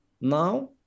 now